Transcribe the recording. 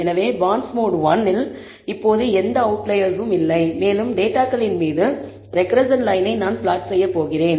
எனவே பாண்ட்ஸ்மோட்ஒன் இல் இப்போது எந்த அவுட்லயர்ஸ்களும் இல்லை மேலும் டேட்டாகளின் மீது ரெக்ரெஸ்ஸன் லயனை நான் பிளாட் செய்ய போகிறேன்